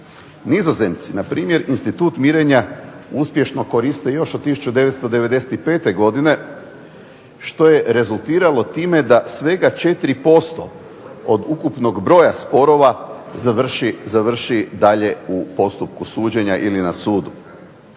Nizozemci, na primjer institut mirenja uspješno koriste još od 1995. godine što je rezultiralo time da svega 4% od ukupnog broja sporova završi dalje u postupku suđenja ili na sudu.